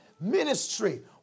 Ministry